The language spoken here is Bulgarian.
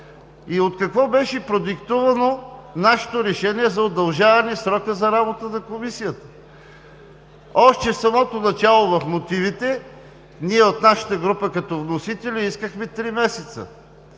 От какво беше продиктувано нашето решение за удължаване срока за работа на Комисията? Още в самото начало в мотивите ние от нашата група като вносители искахме три месеца.